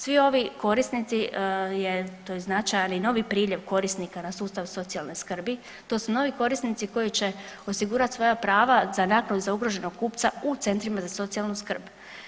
Svi ovi korisnici je, tu je značajan i novi priljev korisnika na sustav socijalne skrbi, to su novi korisnici koji će osigurati svoja prava za naknadu za ugroženog kupca u centrima za socijalnu skrb.